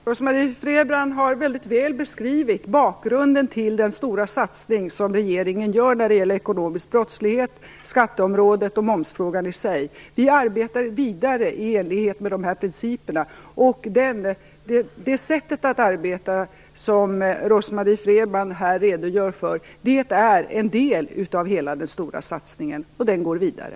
Herr talman! Rose-Marie Frebran har väldigt väl beskrivit bakgrunden till den stora satsning som regeringen gör när det gäller ekonomisk brottslighet och skatter och när det gäller momsfrågan i sig. Vi arbetar vidare i enlighet med dessa principer. Det sätt att arbeta som Rose-Marie Frebran här redogör för är en del av hela den stora satsningen, och den går vidare.